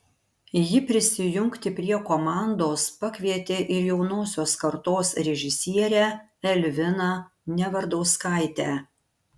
ji prisijungti prie komandos pakvietė ir jaunosios kartos režisierę elviną nevardauskaitę